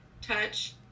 touch